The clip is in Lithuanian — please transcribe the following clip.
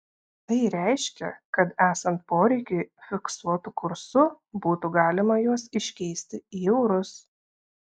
tai reiškia kad esant poreikiui fiksuotu kursu būtų galima juos iškeisti į eurus